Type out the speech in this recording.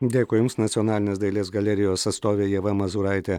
dėkui jums nacionalinės dailės galerijos atstovė ieva mazūraitė